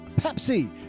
Pepsi